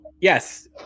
yes